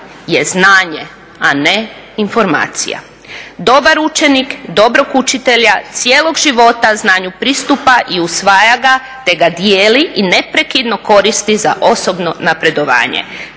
je znanje, a ne informacija. Dobar učenik dobrog učitelja cijelog života znanju pristupa i usvaja ga te ga dijeli i neprekidno koristi za osobno napredovanje.